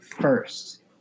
first